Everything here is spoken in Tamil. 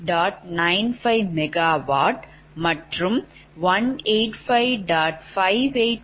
95MW மற்றும் 185